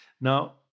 Now